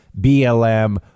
BLM